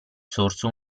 source